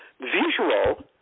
visual